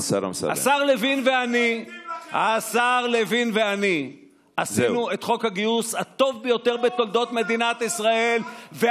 השר לוין ואני עשינו את חוק הגיוס הטוב ביותר בתולדות מדינת ישראל.